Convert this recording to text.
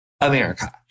America